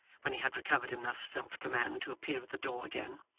when he had recovered enough self-command to appear at the door again.